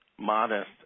Modest